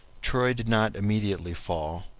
troy did not immediately fall,